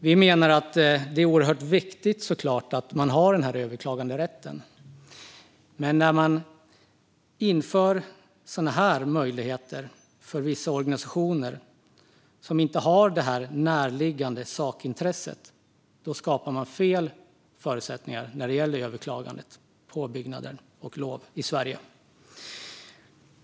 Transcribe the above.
Vi menar att det såklart är oerhört viktigt med överklaganderätten, men när man inför sådana möjligheter för vissa organisationer som inte har det närliggande sakintresset skapar man fel förutsättningar för överklagande av bygglov i Sverige.